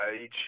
age